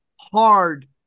hard